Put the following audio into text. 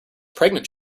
pregnant